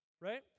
right